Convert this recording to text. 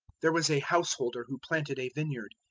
there was a householder who planted a vineyard,